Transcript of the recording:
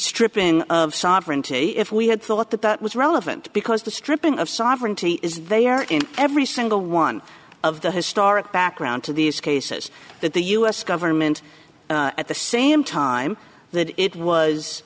stripping sovereignty if we had thought that that was relevant because the stripping of sovereignty is they are in every single one of the historic background to these cases that the u s government at the same time that it was